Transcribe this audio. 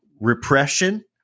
repression